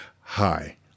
hi